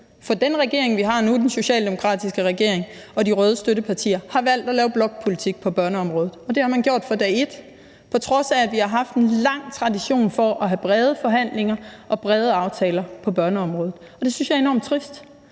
For den regering, vi har nu, altså den socialdemokratiske regering og de røde støttepartier, har valgt at lave blokpolitik på børneområdet, og det har man gjort fra dag et, på trods af at vi har en lang tradition for at have brede forhandlinger og brede aftaler på børneområdet. Og det synes jeg er enormt trist.